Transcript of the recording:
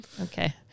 Okay